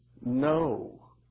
No